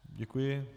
Děkuji.